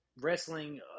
wrestling